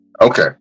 Okay